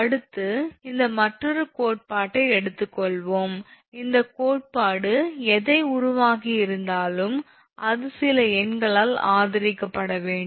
அடுத்து இந்த மற்றொரு கோட்பாட்டை எடுத்துக்கொள்வோம் இந்த கோட்பாடு எதை உருவாக்கியிருந்தாலும் அது சில எண்களால் ஆதரிக்கப்பட வேண்டும்